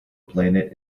planet